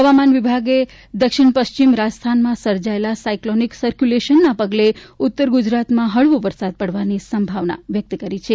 હવામાન વિભાગે દક્ષિણ પશ્ચિમ રાજસ્થાનમાં સર્જાયેલા સાયક્લોનીક સર્ક્યુલેશનના પગલે ઉત્તર ગુજરાતમાં હળવો વરસાદ પડવાની સંભાવન વ્યક્ત કરી છે